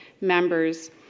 members